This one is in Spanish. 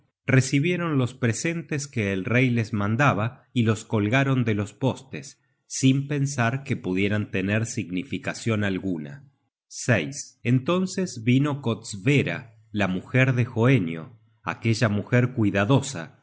recibieron los presentes que el rey les mandaba y los colgaron de los postes sin pensar que pudieran tener significacion alguna entonces vino kostbera la mujer de hoenio aquella mujer cuidadosa